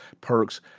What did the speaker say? perks